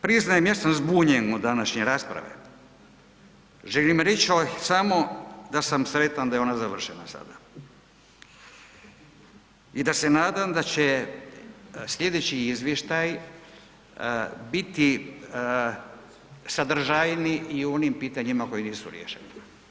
Priznajem, ja sam zbunjen u današnjoj raspravi, želim reći samo da sam sretan da je ona završila sada i da se nadam da će sljedeći izvještaj biti sadržajniji i u onim pitanjima koji nisu riješeni.